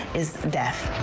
is death.